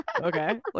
okay